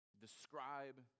describe